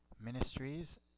ministries